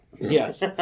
Yes